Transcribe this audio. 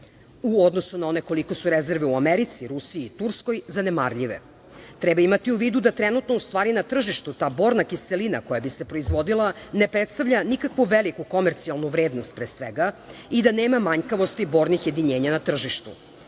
u odnosu na one kolike su rezerve u Americi, Rusiji i Turskoj zanemarljive. Treba imati u vidu da trenutno u stvari na tržištu ta borna kiselina koja bi se proizvodila ne predstavlja nikakvu veliku komercijalnu vrednost, pre svega, i da nema manjkavosti bornih jedinjenja na tržištu. Znači,